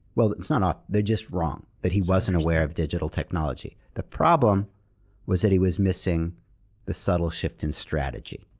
well, it's not off. they're just wrong, that he wasn't aware of digital technology. the problem was that he was missing the subtle shift in strategy.